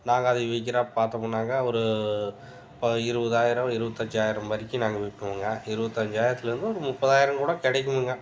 நாங்கள் அதை விற்கிறப்ப பார்த்தமுன்னாங்க ஒரு இருபதாயிரம் இருபத்தஞ்சாயிரம் வரைக்கும் நாங்கள் விற்போங்க இருபத்தஞ்சாயிரத்துலேருந்து ஒரு முப்பதாயிரம் கூட கிடைக்குமுங்க